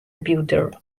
builder